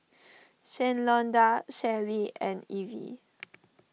Shalonda Shelli and Ivie